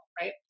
right